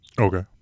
Okay